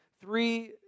three